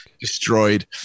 destroyed